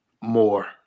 More